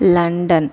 London